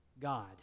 God